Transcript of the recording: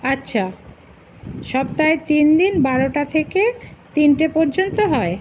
আচ্ছা সপ্তাহে তিন দিন বারোটা থেকে তিনটে পর্যন্ত হয়